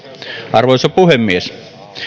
arvoisa puhemies